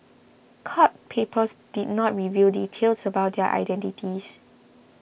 court papers did not reveal details about their identities